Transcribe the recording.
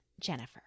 Jennifer